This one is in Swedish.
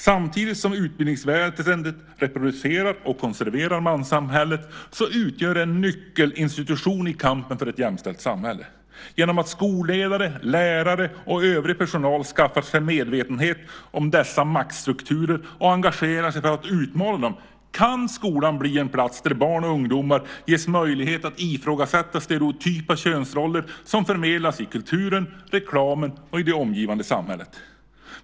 Samtidigt som utbildningsväsendet reproducerar och konserverar manssamhället utgör det en nyckelinstitution i kampen för ett jämställt samhälle. Genom att skolledare, lärare och övrig personal skaffar sig medvetenhet om dessa maktstrukturer och engagerar sig för att utmana dem kan skolan bli en plats där barn och ungdomar ges möjlighet att ifrågasätta stereotypa könsroller som förmedlas i kulturen, reklamen och i det omgivande samhället.